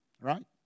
Right